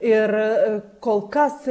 ir kol kas